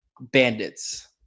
bandits